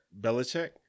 Belichick